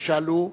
הם שאלו.